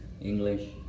English